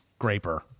graper